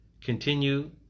Continue